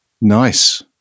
Nice